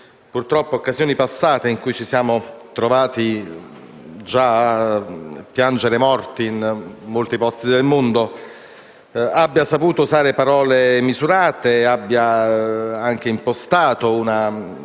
nelle occasioni passate in cui ci siamo trovati a piangere morti in molti posti del mondo, abbia saputo usare parole misurate ed abbia impostato